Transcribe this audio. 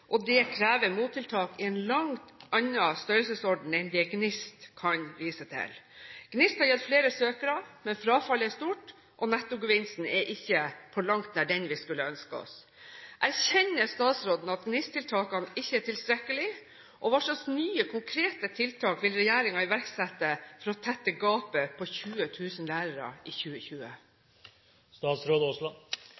og dette krever mottiltak i en langt annen størrelsesorden enn det GNIST kan vise til. GNIST har gitt flere søkere, men frafallet er stort, og nettogevinsten er på langt nær den vi skulle ønske oss. Erkjenner statsråden at GNIST-tiltakene ikke er tilstrekkelige, og hvilke nye konkrete tiltak vil regjeringen iverksette for å tette gapet på 20 000 lærere i 2020?